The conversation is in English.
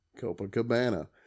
Copacabana